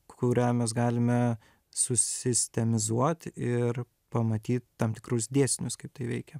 k kurią mes galime susistemizuot ir pamatyt tam tikrus dėsnius kaip tai veikia